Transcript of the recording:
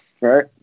right